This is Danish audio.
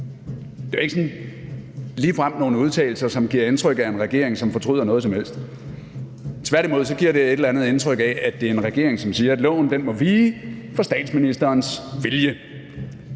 Det er jo ikke ligefrem nogen udtalelse, som giver indtryk af en regering, som fortryder noget som helst. Tværtimod giver det et eller andet indtryk af, at det er en regering, som siger, at loven må vige for statsministerens vilje.